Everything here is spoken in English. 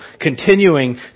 Continuing